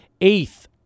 eighth